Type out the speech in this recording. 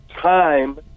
time